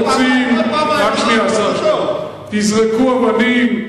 פעמיים, תזרקו אבנים.